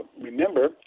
remember